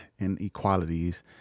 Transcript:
inequalities